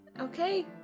Okay